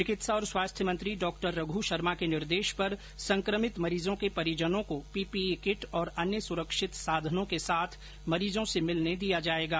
चिकित्सा और स्वास्थ्य मंत्री डॉ रघ् शर्मा के निर्देश पर संक्रमित मरीजों के परिजनों को पीपीई किट और अन्य सुरक्षित साधनों के साथ मरीजों से मिलने दिया जाएगा